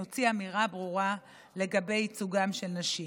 נוציא אמירה ברורה לגבי ייצוגן של נשים.